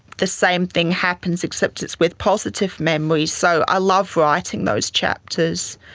the same thing happens except it's with positive memories, so i love writing those chapters.